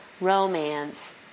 romance